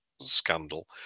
scandal